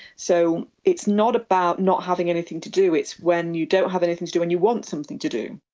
so it's not about not having anything to do, it's when you don't have anything to do and you want something to do.